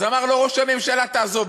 אז אמר לו ראש הממשלה: תעזוב,